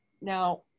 Now